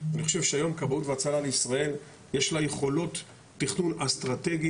אני חושב שהיום כבאות והצלה לישראל יש לה יכולות תכנון אסטרטגי,